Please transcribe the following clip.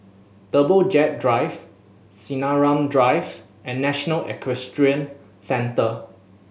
Jumbo Jet Drive Sinaran Drive and National Equestrian Centre